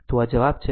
તો આ જવાબ છે